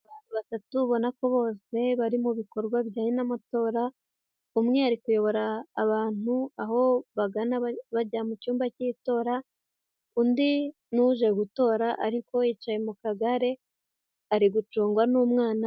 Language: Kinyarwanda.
Batatu ubona ko bose bari mu bikorwa bijyanye n'amatora umwe ari kuyobora abantu aho bajya mu cyumba cy'itora undi n'uje gutora ariko yicaye mu kagare ari gucungwa n'umwana.